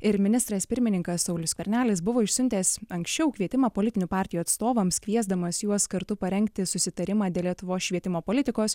ir ministras pirmininkas saulius skvernelis buvo išsiuntęs anksčiau kvietimą politinių partijų atstovams kviesdamas juos kartu parengti susitarimą dėl lietuvos švietimo politikos